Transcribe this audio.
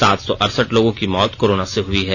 सात सौ अरसठ लोगों की मौत कोरोनासे हुइ हैं